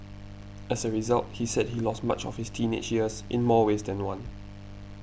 as a result he said he lost much of his teenage years in more ways than one